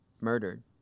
murdered